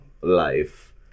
life